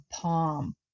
Palm